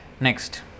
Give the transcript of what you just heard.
Next